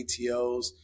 ATOs